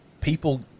people